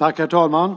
Herr talman!